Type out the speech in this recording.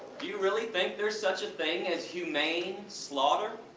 do you really think there is such a thing as humane slaughter?